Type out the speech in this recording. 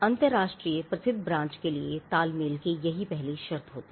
अंतरराष्ट्रीय प्रसिद्ध ब्रांच के लिए तालमेल पहली शर्त होती है